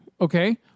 okay